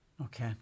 Okay